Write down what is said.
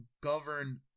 govern